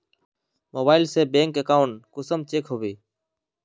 Mobile से bank account कुंसम check होचे?